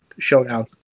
showdowns